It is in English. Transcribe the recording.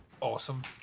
awesome